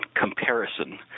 comparison